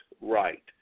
right